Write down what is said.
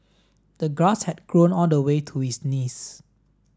the grass had grown all the way to his knees